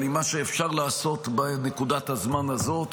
אבל היא מה שאפשר לעשות בנקודת הזמן הזאת,